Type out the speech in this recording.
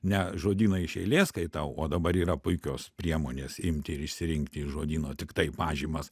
ne žodyną iš eilės skaitau o dabar yra puikios priemonės imti ir išsirinkti žodyno tiktai pažymas